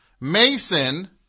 Mason